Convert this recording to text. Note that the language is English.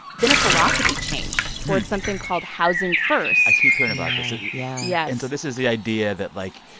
been a philosophy change towards something called housing first i keep hearing about this yeah, yeah yes and so this is the idea that, like,